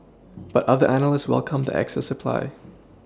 but other analysts welcomed the excess supply